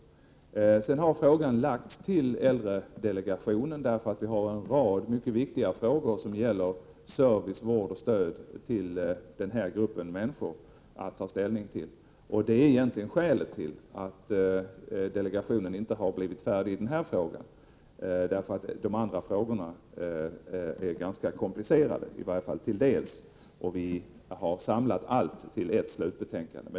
Frågan har lämnats till äldredelegationen, därför att vi har en rad mycket viktiga frågor som gäller service, vård och stöd för den gruppen människor att ta ställning till. Det är egentligen skälet till att delegationen inte har blivit färdig i denna fråga. De andra frågorna är ganska komplicerade, i varje fall delvis, och vi har samlat allt till ett slutbetänkande.